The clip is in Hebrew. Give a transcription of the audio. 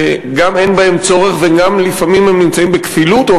שגם אין בהם צורך וגם לפעמים הם נמצאים בכפילות או